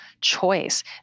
choice